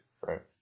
right